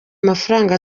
mafaranga